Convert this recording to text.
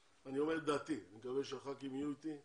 אני אומר את דעתי, אני מקווה שהח"כים יהיו איתי,